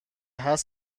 هست